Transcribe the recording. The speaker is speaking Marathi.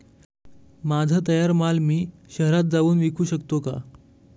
माझा तयार माल मी शहरात जाऊन विकू शकतो का?